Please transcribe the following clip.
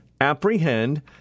apprehend